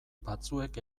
batzuek